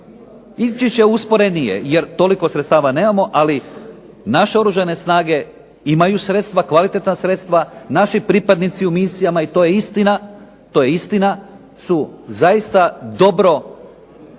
Ići će usporenije, jer toliko sredstava nemamo. Ali naše Oružane snage imaju sredstva, kvalitetna sredstva, naši pripadnici u misijama i to je istina su zaista dobro